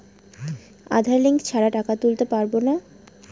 আধার link ছাড়া টাকা তুলতে পারব না?